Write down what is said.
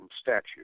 statute